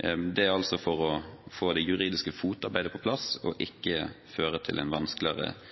Det er for å få det juridiske fotarbeidet på plass, og det skal ikke føre til at politiet får en vanskeligere